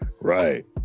right